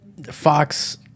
Fox